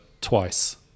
twice